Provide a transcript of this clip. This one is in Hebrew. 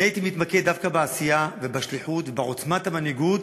אני הייתי מתמקד דווקא בעשייה ובשליחות ובעוצמת המנהיגות.